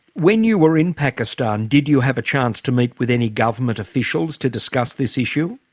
when you were in pakistan, did you have a chance to meet with any government officials to discuss this issue?